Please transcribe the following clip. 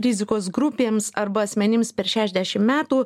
rizikos grupėms arba asmenims per šešiasdešim metų